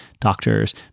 doctors